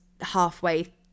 halfway